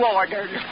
ordered